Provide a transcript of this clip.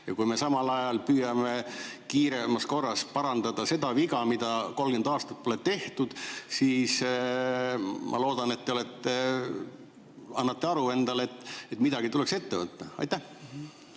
Ja kui me samal ajal püüame kiiremas korras parandada seda viga, mida 30 aastat pole tehtud, siis ma loodan, et te annate aru endale, et midagi tuleks ette võtta. Hea